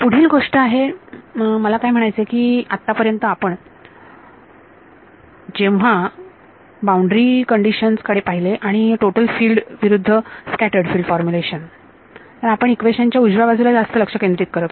पुढील गोष्ट आहे मला काय म्हणायचंय की आत्तापर्यंत आपण जेव्हा बाउंड्री कंडिशन्स कडे पाहिले आणि टोटल फील्ड विरुद्ध स्कॅटर्ड फिल्ड फॉर्मुलेशन आपण इक्वेशन च्या उजव्या बाजूला जास्त लक्ष केंद्रीत करत होतो